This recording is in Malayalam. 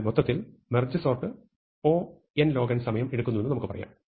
അതിനാൽ മൊത്തത്തിൽ മെർജ് സോർട്ട് O സമയം എടുക്കുമെന്ന് നമുക്ക് പറയാം